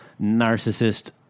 narcissist